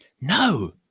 No